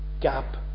gap